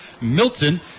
Milton